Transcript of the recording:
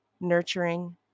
nurturing